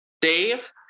dave